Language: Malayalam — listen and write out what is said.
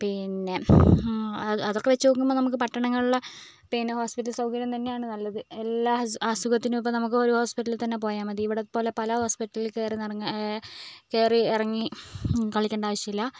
പിന്നേ അത് അതൊക്കേ വച്ച് നോക്കുമ്പോൾ നമുക്ക് പട്ടണങ്ങളിലെ പിന്നേ ഹോസ്പിറ്റൽ സൗകര്യം തന്നെയാണ് നല്ലത് എല്ലാ അസുഖത്തിനും നമുക്ക് ഒരു ഹോസ്പിറ്റലിൽ തന്നേ പോയാൽ മതി ഇവിടുത്തെ പോലെ പല ഹോസ്പിറ്റലുകളിൽ കയറി നടന്ന് കയറി ഇറങ്ങി കളിക്കേണ്ട ആവശ്യമില്ല